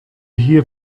hear